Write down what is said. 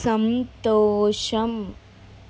సంతోషం